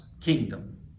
kingdom